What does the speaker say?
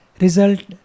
result